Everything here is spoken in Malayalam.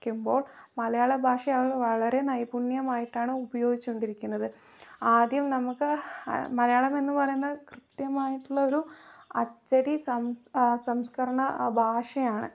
ക്കുമ്പോൾ മലയാള ഭാഷയാണ് വളരെ നൈപുണ്യമായിട്ടാണ് ഉപയോഗിച്ചു കൊണ്ടിരിക്കുന്നത് ആദ്യം നമുക്ക് മലയാളം എന്നു പറയുന്ന കൃത്യമായിട്ടുള്ള ഒരു അച്ചടി സംസ്കരണ ഭാഷയാണ്